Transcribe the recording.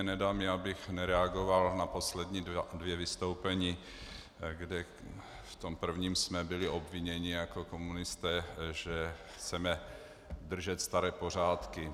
Nedá mi, abych nereagoval na poslední vystoupení, kde v tom prvním jsme byli obviněni jako komunisté, že chceme držet staré pořádky.